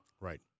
Right